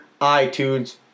iTunes